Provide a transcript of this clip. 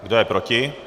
Kdo je proti?